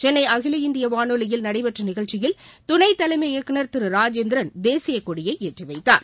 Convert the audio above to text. சென்னை அகில இந்திய வானொலியில் நடைபெற்ற நிகழ்ச்சியில் துணை தலைமை இயக்குனர் திரு ராஜேந்திரன் தேசியக்கொடியை ஏற்றிவைத்தார்